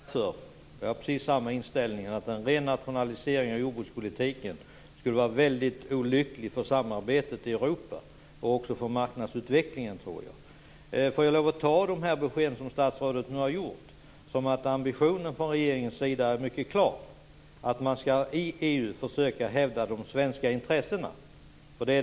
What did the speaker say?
Fru talman! Det sista vill jag tacka för. Jag har precis samma inställning. En ren nationalisering av jordbrukspolitiken skulle vara väldigt olycklig för samarbetet i Europa och även för marknadsutvecklingen. Kan jag tolka de besked som statsrådet nu har lämnat som att regeringens ambition är mycket klar när det gäller att i EU försöka hävda de svenska intressena?